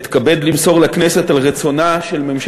חוב' ל"א, עמ'